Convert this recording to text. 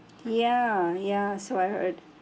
ya ya so I heard